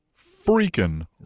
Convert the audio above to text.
freaking